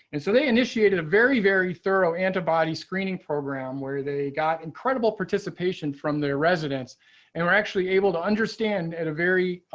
and so they initiated a very, very thorough antibody screening program where they got incredible participation from their residents and we're actually able to understand at a very